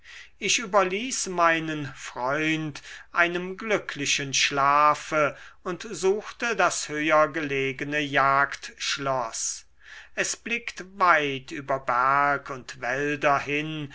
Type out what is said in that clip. ich überließ meinen freund einem glücklichen schlafe und suchte das höher gelegene jagdschloß es blickt weit über berg und wälder hin